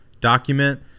document